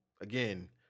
again